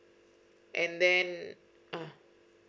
and then ah